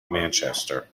manchester